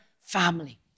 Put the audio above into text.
family